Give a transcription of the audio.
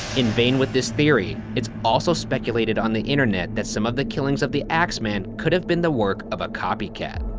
in vain with this theory, it's also speculated on the internet that some of the killings of the axeman could have been the work of a copycat.